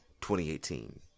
2018